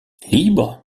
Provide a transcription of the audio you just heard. libres